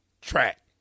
track